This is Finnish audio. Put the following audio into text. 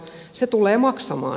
se tulee maksamaan